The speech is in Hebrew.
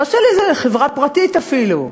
לא של איזה חברה פרטית אפילו.